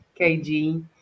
KG